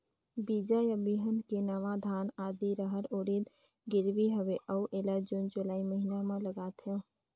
बीजा या बिहान के नवा धान, आदी, रहर, उरीद गिरवी हवे अउ एला जून जुलाई महीना म लगाथेव?